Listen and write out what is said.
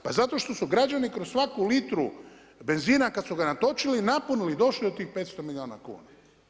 Pa zato što su građani kroz svaku litru benzina kada su ga natočili, napunili i došli do tih 500 milijuna kuna.